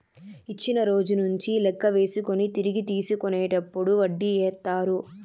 ఇచ్చిన రోజు నుంచి లెక్క వేసుకొని తిరిగి తీసుకునేటప్పుడు వడ్డీ ఏత్తారు